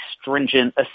stringent